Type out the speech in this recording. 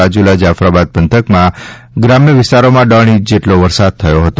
રાજૂલા જાફરાબાદ પંથકના ગ્રામ્ય વિસ્તારોમાં દોઢ ઈંચ જેટલો વરસાદ થયો હતો